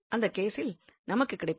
அந்த கேசில் நமக்கு கிடைப்பது